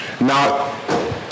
Now